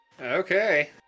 Okay